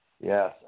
Yes